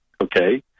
okay